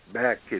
back